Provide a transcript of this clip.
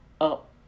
up